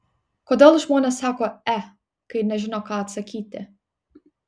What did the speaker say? kodėl žmonės sako e kai nežino ką atsakyti